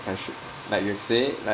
passion like you say like